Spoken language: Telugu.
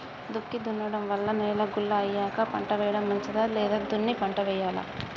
దుక్కి దున్నడం వల్ల నేల గుల్ల అయ్యాక పంట వేయడం మంచిదా లేదా దున్ని పంట వెయ్యాలా?